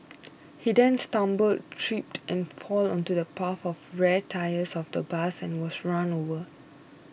he then stumbled tripped and fell onto the path of the rear tyres of the bus and was run over